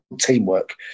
teamwork